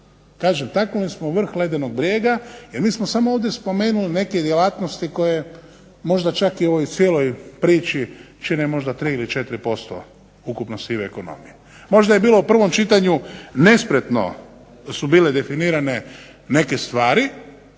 Kažem, dotaknuli smo vrh ledenog brijega jer mi smo samo ovdje spomenuli neke djelatnosti koje možda čak i u cijeloj priči čine možda 3 ili 4% ukupno sive ekonomije. Možda je bilo u prvom čitanju nespretno su bile definirane neke stvari